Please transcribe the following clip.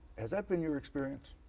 has that been your experience?